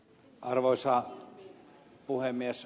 arvoisa puhemies